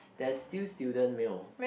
there's still student meal